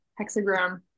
hexagram